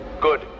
Good